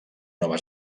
nova